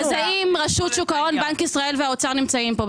האם רשות שוק ההון, בנק ישראל והאוצר נמצאים פה?